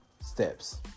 Steps